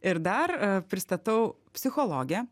ir dar pristatau psichologę